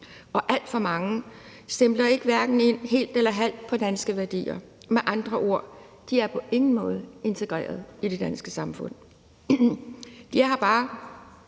og alt for mange stempler hverken helt eller halvt ind på danske værdier. Med andre ord: De er på ingen måde integreret i det danske samfund.